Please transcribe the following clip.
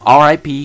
RIP